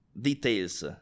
details